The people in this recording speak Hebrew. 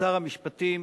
שר המשפטים,